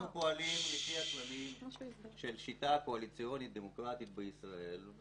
אנחנו פועלים לפי הכללים של שיטה קואליציונית-דמוקרטית בישראל.